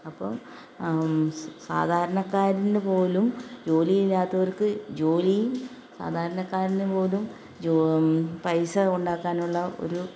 അപ്പോൾ സാധാരണക്കാരന് പോലും ജോലിയില്ലാത്തവർക്ക് ജോലിയും സാധാരണക്കാരന് പോലും ജോം പൈസ ഉണ്ടാക്കാനുള്ള ഒരു